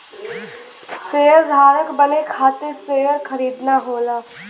शेयरधारक बने खातिर शेयर खरीदना होला